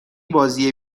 بازی